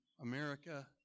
America